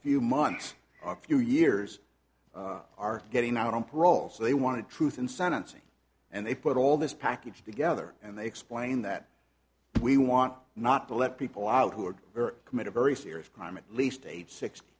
few months few years are getting out on parole so they wanted truth in sentencing and they put all this package together and they explained that we want not to let people out who are committed very serious crime at least age six